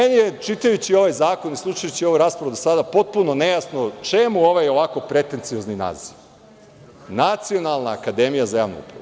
Meni je, čitajući ovaj zakon i slušajući ovu raspravu do sada, potpuno nejasno čemu ovaj ovako pretenciozan naziv - Nacionalna akademija za javnu upravu.